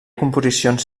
composicions